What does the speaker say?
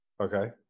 Okay